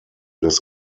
des